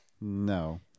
No